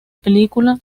película